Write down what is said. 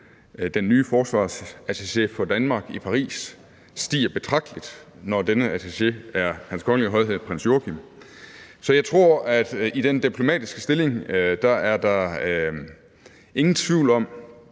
den nye forsvarsattaché for Danmark i Paris stiger betragteligt, når denne attaché er Hans Kongelige Højhed Prins Joachim. Så jeg tror, at i den diplomatiske stilling er der ingen tvivl om,